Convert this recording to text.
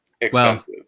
expensive